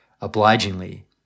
obligingly